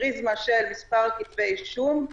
בסדר גמור.